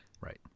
Right